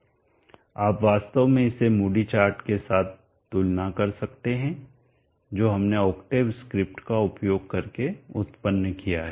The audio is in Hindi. आप वास्तव में इसे मूडी चार्ट के साथ तुलना कर सकते हैं जो हमने ओक्टेव स्क्रिप्ट का उपयोग करके उत्पन्न किया है